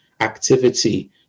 activity